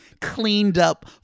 cleaned-up